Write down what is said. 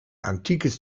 antikes